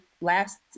last